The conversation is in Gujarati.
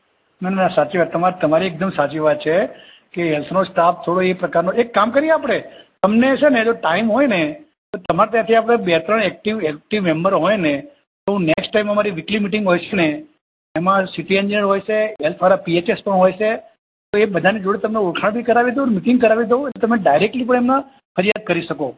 ના ના સાચી વાત તમારી તમારી એકદમ સાચી વાત છે કે હૅલ્થનો સ્ટાફ થોડો એ પ્રકારનો એક કામ કરીએ આપણે તમને છે ને જો ટાઈમ હોય ને તો તમારે ત્યાંથી આપણે બે ત્રણ ઍક્ટિવ ઍક્ટિવ મૅમ્બર હોય ને તો હું નૅક્સ્ટ ટાઈમ અમારી વીકલી મિટિંગ હશે ને એમાં સિટી એન્જિનિયર હોય છે હેલ્થવાળા પીએચએસ પણ હોય છે એ બધાની જોડે તમને ઓળખાણ બી કરાવી દઉં ને મિટિંગ કરાવી દઉં એટલે તમે ડાયરૅકટલી પણ એમને ફરિયાદ કરી શકો